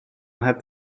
hat